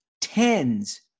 tens